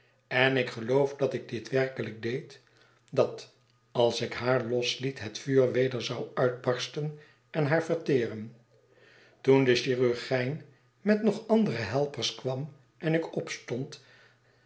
en ik geloof dat ik dit werkelijk deed dat als ik haar losliet het vuur weder zou uitbarsten en haar verteren toen de chirurgijn met nog andere helpers kwam en ik opstond